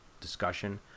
discussion